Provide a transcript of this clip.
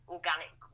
organic